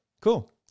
cool